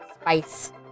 spice